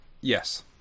Yes